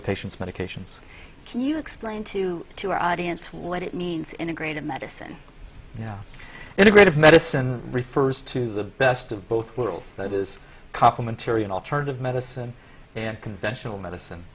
the patients medications can you explain to to our audience what it means integrated medicine yeah integrative medicine refers to the best of both worlds that is complimentary and alternative medicine and conventional medicine